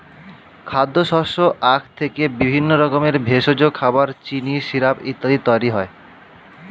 খাদ্যশস্য আখ থেকে বিভিন্ন রকমের ভেষজ, খাবার, চিনি, সিরাপ ইত্যাদি তৈরি হয়